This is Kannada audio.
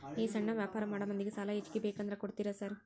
ಈ ಸಣ್ಣ ವ್ಯಾಪಾರ ಮಾಡೋ ಮಂದಿಗೆ ಸಾಲ ಹೆಚ್ಚಿಗಿ ಬೇಕಂದ್ರ ಕೊಡ್ತೇರಾ ಸಾರ್?